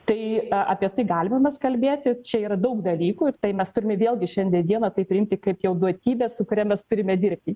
tai apie tai galime mes kalbėti čia yra daug dalykų ir tai mes turime vėlgi šiandien dieną tai priimti kaip jau duotybė su kuria mes turime dirbti